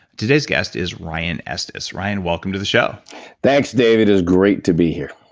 today's guest is ryan estis. ryan, welcome to the show thanks dave. it is great to be here